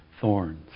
thorns